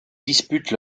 dispute